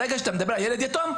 ברגע שאתה מדבר על ילד יתום,